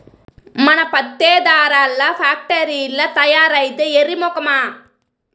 మన పత్తే దారాల్ల ఫాక్టరీల్ల తయారైద్దే ఎర్రి మొకమా